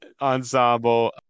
ensemble